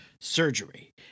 surgery